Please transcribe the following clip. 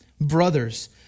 Brothers